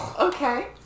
Okay